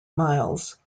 myles